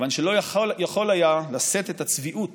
כיוון שלא יכול היה לשאת את הצביעות